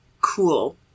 cool